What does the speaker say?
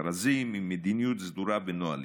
מכרזים עם מדיניות סדורה בנהלים.